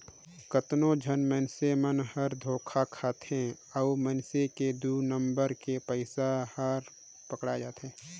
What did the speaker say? कतनो झन मइनसे मन हर धोखा खाथे अउ मइनसे के दु नंबर के पइसा हर पकड़ाए जाथे